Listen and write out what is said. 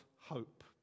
hope